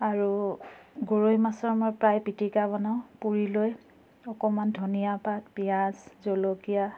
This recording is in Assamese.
আৰু গৰৈ মাছৰ মই প্ৰায় পিটিকা বনাওঁ পুৰি লৈ অকণমান ধনিয়া পাত পিঁয়াজ জলকীয়া